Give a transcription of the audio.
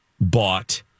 bought